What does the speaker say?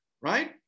right